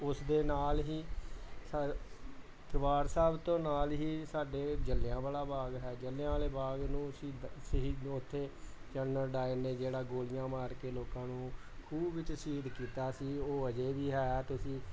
ਉਸ ਦੇ ਨਾਲ ਹੀ ਸਾਰ ਦਰਬਾਰ ਸਾਹਿਬ ਤੋਂ ਨਾਲ ਹੀ ਸਾਡੇ ਜਲਿਆਂਵਾਲਾ ਬਾਗ ਹੈ ਜਲਿਆਂਵਾਲੇ ਬਾਗ ਨੂੰ ਸ਼ਹੀਦਾਂ ਸ਼ਹੀਦ ਨੂੰ ਉੱਥੇ ਜਰਨਲ ਡਾਇਰ ਨੇ ਜਿਹੜਾ ਗੋਲੀਆਂ ਮਾਰ ਕੇ ਲੋਕਾਂ ਨੂੰ ਖੂਹ ਵਿੱਚ ਸ਼ਹੀਦ ਕੀਤਾ ਸੀ ਉਹ ਅਜੇ ਵੀ ਹੈ ਅਤੇ ਅਸੀਂ